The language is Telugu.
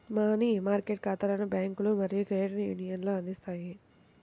మనీ మార్కెట్ ఖాతాలను బ్యాంకులు మరియు క్రెడిట్ యూనియన్లు అందిస్తాయి